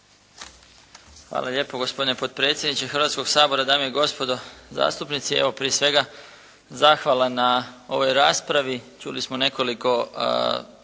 Hvala lijepo gospodine potpredsjedniče Hrvatskog sabora. Dame i gospodo zastupnici, evo prije svega zahvala na ovoj raspravi. Čuli smo nekoliko